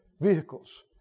vehicles